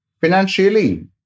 financially